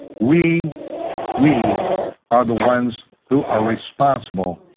we we are the ones who are responsible,